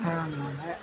ஆமாங்க